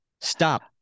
Stop